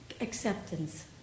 acceptance